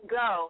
go